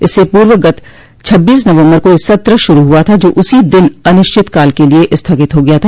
इससे पूर्व गत छब्बीस नवम्बर को यह सत्र शुरू हआ था जो उसी दिन अनिश्चितकाल के लिए स्थगित हो गया था